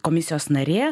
komisijos narė